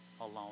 alone